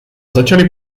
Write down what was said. začali